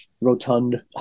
rotund